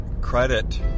credit